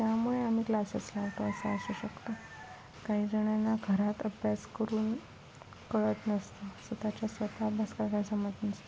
त्यामुळे आम्ही क्लासेस लावतो असं असू शकतं काही जणांना घरात अभ्यास करून कळत नसतं स्वतःच्या स्वतः अभ्यास करण्या जमत नसतं